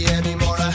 anymore